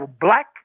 black